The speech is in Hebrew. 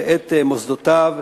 ואת מוסדותיו,